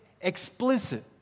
explicit